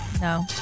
No